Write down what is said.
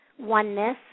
oneness